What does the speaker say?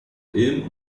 ilm